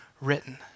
written